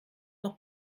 noch